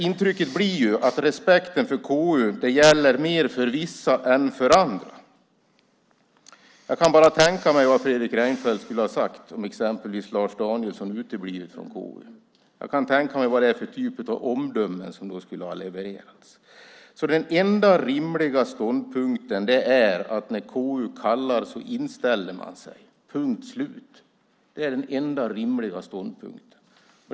Intrycket blir att respekten för KU gäller mer för vissa än för andra. Jag kan bara tänka mig vad Fredrik Reinfeldt hade sagt som exempelvis Lars Danielsson uteblivit från KU. Jag kan tänka mig vad det är för typ av omdömen som då hade levererats. Den enda rimliga ståndpunkten är att när KU kallar inställer man sig, punkt slut. Det är den enda rimliga ståndpunkten.